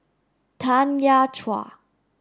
Tanya Chua